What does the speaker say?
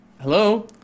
Hello